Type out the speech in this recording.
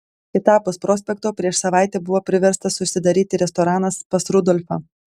kitapus prospekto prieš savaitę buvo priverstas užsidaryti restoranas pas rudolfą